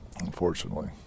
unfortunately